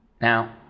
Now